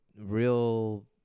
real